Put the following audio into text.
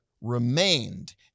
remained